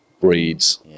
breeds